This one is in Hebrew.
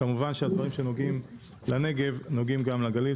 כמובן שהדברים שנוגעים לנגב נוגעים גם לגליל.